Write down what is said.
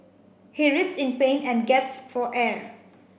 he writhed in pain and gasped for air